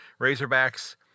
Razorbacks